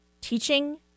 teaching